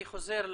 אני חוזר לסיכום.